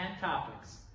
topics